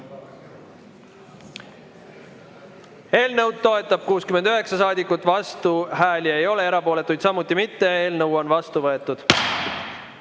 Eelnõu toetab 69 saadikut, vastuhääli ei ole, erapooletuid samuti mitte. Seadus on vastu võetud.